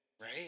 Right